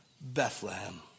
Bethlehem